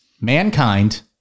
Mankind